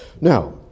Now